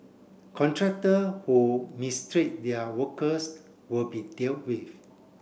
contractor who mistreat their workers will be dealt with